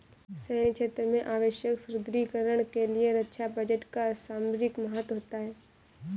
सैन्य क्षेत्र में आवश्यक सुदृढ़ीकरण के लिए रक्षा बजट का सामरिक महत्व होता है